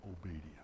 obedience